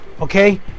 okay